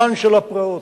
הפרעות,